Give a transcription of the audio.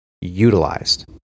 utilized